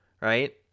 right